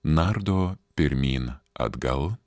nardo pirmyn atgal